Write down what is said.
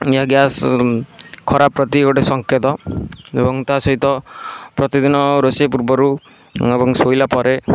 ଏହା ଗ୍ୟାସ୍ ଖରାପ ପ୍ରତି ଗୋଟିଏ ସଙ୍କେତ ଏବଂ ତା ସହିତ ପ୍ରତିଦିନ ରୋଷେଇ ପୂର୍ବରୁ ଏବଂ ଶୋଇଲାପରେ